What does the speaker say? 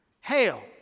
hell